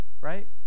right